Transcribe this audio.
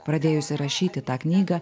pradėjusi rašyti tą knygą